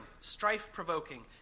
strife-provoking